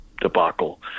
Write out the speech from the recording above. debacle